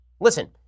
listen